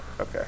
Okay